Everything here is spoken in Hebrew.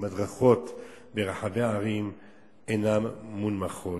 המדרכות ברחבי הערים אינן מונמכות,